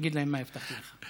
תגיד להם מה הבטחתי לך.